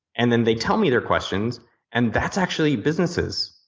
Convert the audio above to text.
and then they tell me their questions and that's actually businesses.